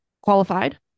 qualified